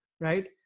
right